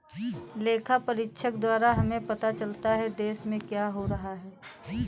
लेखा परीक्षक द्वारा हमें पता चलता हैं, देश में क्या हो रहा हैं?